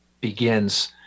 begins